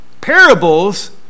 Parables